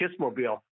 kissmobile